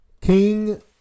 King